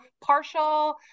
partial